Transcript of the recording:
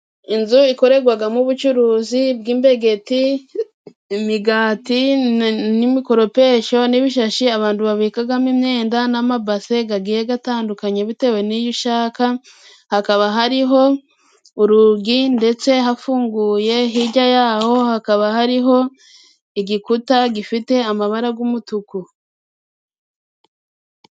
Inzu ikorerwagamo ubucuruzi bw'imbegeti, imigati n'imikoropesho n'ibishashi abantu babikagamo imyenda n'amabase gagiye gatandukanye bitewe n'iyo ushaka. Hakaba hariho urugi ndetse hafunguye, hijya yaho hakaba hariho igikuta gifite amabara g'umutuku.